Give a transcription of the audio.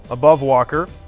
above walker,